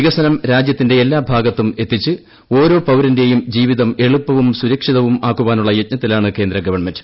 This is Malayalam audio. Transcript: വികസനം രാജൃത്തിന്റെ എല്ലാ ഭാഗത്തും എത്തിച്ച് ഓരോ പൌരന്റേയും ജീവിതം എളുപ്പവും സുരക്ഷിതവും ആക്കാനുള്ള യജ്ഞത്തിലാണ് കേന്ദ്ര ഗവൺമെന്റ്